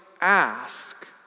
ask